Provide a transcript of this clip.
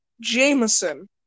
Jameson